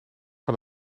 van